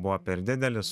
buvo per didelis